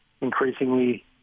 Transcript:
increasingly –